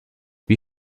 wie